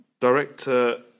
Director